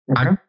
Okay